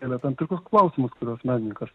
kėlė tam tikrus klausimus kuriuos menininkas